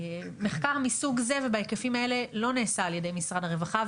מחקר מסוג זה ובהיקפים האלה לא נעשה על ידי משרד הרווחה,